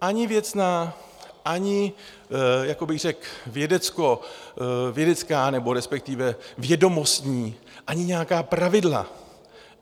Ani věcná, ani řekl bych vědecká, nebo respektive vědomostní, ani nějaká pravidla,